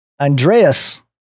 Andreas